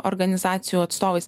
organizacijų atstovais